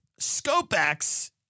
Scopex